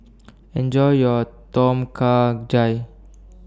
Enjoy your Tom Kha Gai